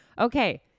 Okay